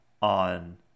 on